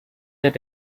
are